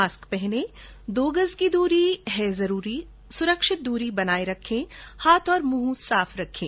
mask पहनें दो गज की दूरी है जरूरी सुरक्षित दूरी बनाए रखें हाथ और मुंह साफ रखें